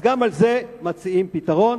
גם לזה מציעים פתרון.